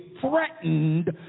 threatened